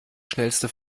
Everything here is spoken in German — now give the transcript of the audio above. schnellste